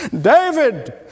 David